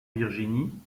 virginie